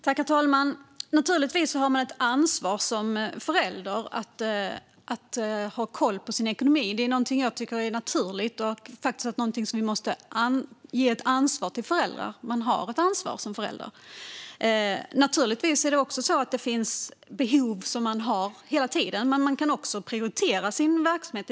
Herr talman! Naturligtvis har man som förälder ett ansvar att ha koll på sin ekonomi. Det tycker jag är naturligt. Man har ett ansvar som förälder. Det finns förstås behov man har hela tiden, men man kan också prioritera sin verksamhet.